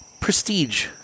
prestige